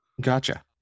Gotcha